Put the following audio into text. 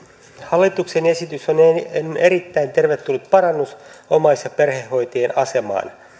hallituksen esitys on erittäin tervetullut parannus omais ja perhehoitajien asemaan